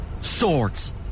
swords